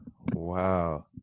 wow